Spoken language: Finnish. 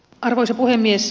arvoisa puhemies